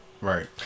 Right